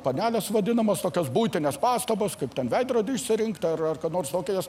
panelės vadinamos tokios buitinės pastabos kaip ten veidrodį išsirinkti ar ką nors tokio jos